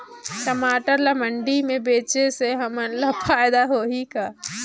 टमाटर ला मंडी मे बेचे से हमन ला फायदा होही का?